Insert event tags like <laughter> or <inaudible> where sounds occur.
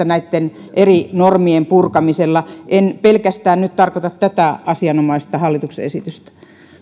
<unintelligible> näitten eri normien purkamisen yhteisvaikutuksesta en nyt tarkoita pelkästään tätä asianomaista hallituksen esitystä